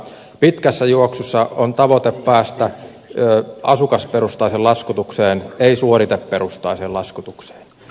pitkässä juoksussa on tavoite päästä asukasperustaiseen laskutukseen ei suoriteperustaiseen laskutukseen